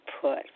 put